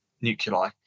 nuclei